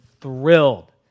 thrilled